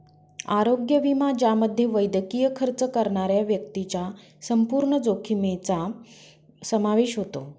आरोग्य विमा ज्यामध्ये वैद्यकीय खर्च करणाऱ्या व्यक्तीच्या संपूर्ण जोखमीचा समावेश होतो